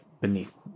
beneath